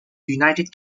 united